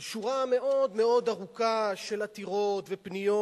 על שורה מאוד מאוד ארוכה של עתירות ופניות